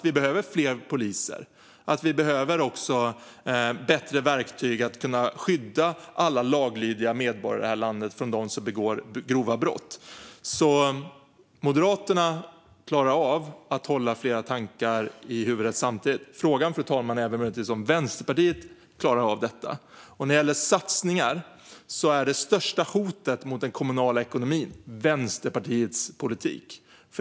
Vi behöver fler poliser, och vi behöver bättre verktyg för att kunna skydda alla laglydiga medborgare i det här landet från dem som begår grova brott. Moderaterna klarar av att hålla flera tankar i huvudet samtidigt. Frågan är om Vänsterpartiet klarar av detta, fru talman. När det gäller satsningar är det största hotet mot den kommunala ekonomin Vänsterpartiets politik.